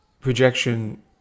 projection